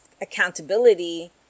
accountability